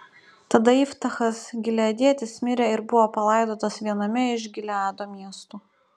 tada iftachas gileadietis mirė ir buvo palaidotas viename iš gileado miestų